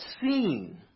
seen